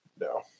No